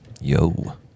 Yo